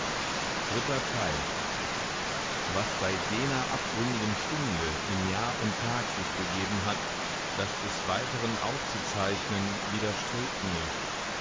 dritter teil was seit jener abgründigen stunde in jahr und tag sich begeben hat das des weiteren aufzuzeichnen widerstrebt mir